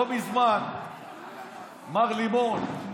לא מזמן מר לימון,